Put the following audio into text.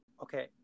Okay